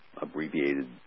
abbreviated